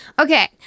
Okay